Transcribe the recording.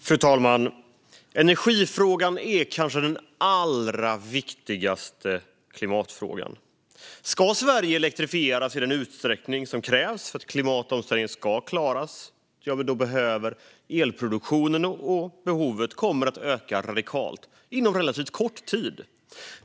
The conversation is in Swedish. Fru talman! Energifrågan är kanske den allra viktigaste klimatfrågan. Ska Sverige elektrifieras i den utsträckning som krävs för att klara klimatomställningen, ja, då kommer elbehovet att öka radikalt inom relativt kort tid.